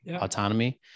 autonomy